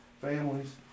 families